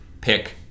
pick